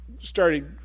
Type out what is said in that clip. started